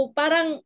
parang